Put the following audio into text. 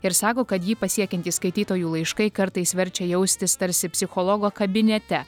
ir sako kad jį pasiekiantys skaitytojų laiškai kartais verčia jaustis tarsi psichologo kabinete